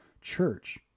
church